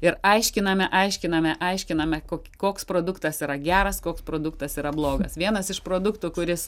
ir aiškiname aiškiname aiškiname kok koks produktas yra geras koks produktas yra blogas vienas iš produktų kuris